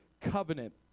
covenant